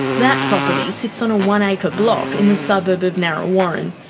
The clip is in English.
that property sits on a one-acre block in the suburb of narre warren,